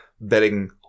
betting